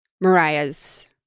Mariah's